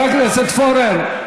אתם, חבר הכנסת פורר.